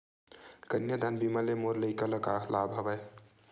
कन्यादान बीमा ले मोर लइका ल का लाभ हवय?